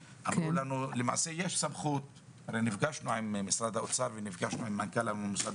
הרי נפגשנו עם משרד האוצר ועם מנכ"ל המוסד